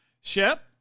Shep